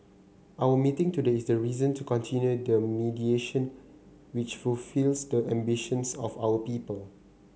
our meeting today is a reason to continue the mediation which fulfils the ambitions of our people